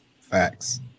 facts